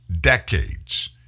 decades